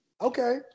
okay